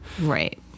Right